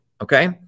okay